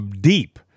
deep